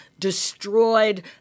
destroyed